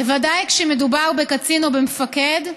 בוודאי כשמדובר בקצין או במפקד,